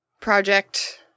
project